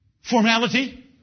formality